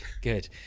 good